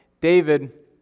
David